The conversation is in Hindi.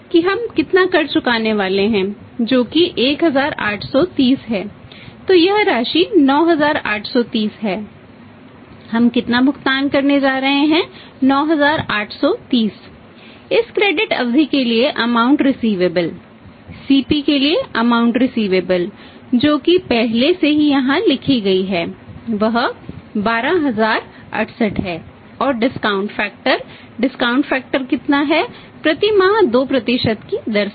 और बिक्री के पॉइंट जो कि पहले से ही यहाँ लिखी गई है वह 12068 है और डिस्काउंट फैक्टर डिस्काउंट फैक्टर कितना है प्रति माह 2 की दर से